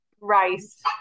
rice